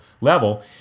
level